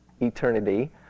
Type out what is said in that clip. eternity